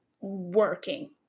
working